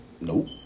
Nope